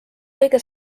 kõige